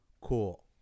cool